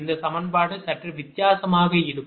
இந்த சமன்பாடு சற்று வித்தியாசமாக இருக்கும்